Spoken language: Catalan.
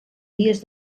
dies